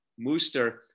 Mooster